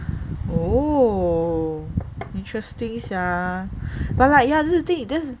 oh interesting sia but like ya this the thing